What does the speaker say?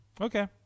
Okay